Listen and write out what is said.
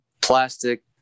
plastic